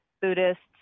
Buddhists